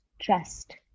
Trust